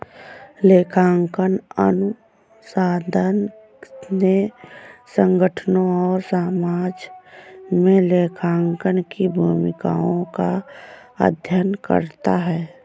लेखांकन अनुसंधान ने संगठनों और समाज में लेखांकन की भूमिकाओं का अध्ययन करता है